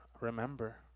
remember